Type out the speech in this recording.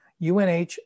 UNH